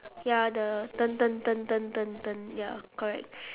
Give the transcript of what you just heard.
ya the turn turn turn turn turn turn ya correct